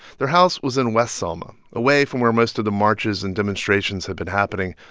their house was in west selma, away from where most of the marches and demonstrations had been happening.